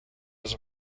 was